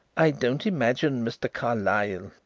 i don't imagine, mr. carlyle,